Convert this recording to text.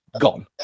gone